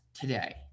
today